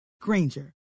Granger